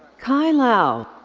kai lau.